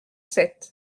sept